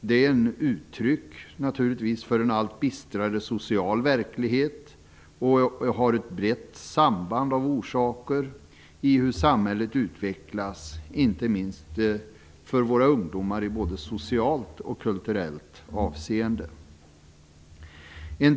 Det är naturligtvis ett uttryck för en allt bistrare social verklighet, och det finns många orsaker till hur samhället utvecklas, inte minst för våra ungdomar, i både socialt och kulturellt avseende.